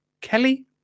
Kelly